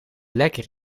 lekker